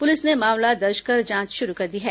police ने मामला दर्ज कर जांच शुरू कर दी है